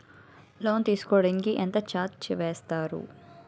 Loan తీసుకోడానికి ఎంత charges వేస్తారు?